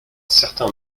certain